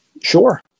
sure